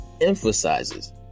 emphasizes